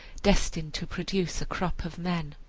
destined to produce a crop of men.